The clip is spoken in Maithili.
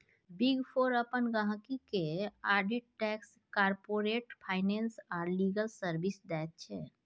बिग फोर अपन गहिंकी केँ आडिट टैक्स, कारपोरेट फाइनेंस आ लीगल सर्विस दैत छै